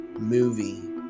movie